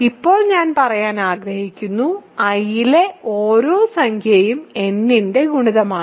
ഇപ്പോൾ ഞാൻ പറയാൻ ആഗ്രഹിക്കുന്നു I ലെ ഓരോ സംഖ്യയും n ന്റെ ഗുണിതമാണ്